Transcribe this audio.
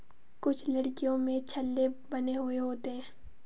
कुछ लकड़ियों में छल्ले बने हुए होते हैं